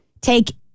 Take